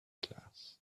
class